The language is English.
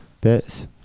bits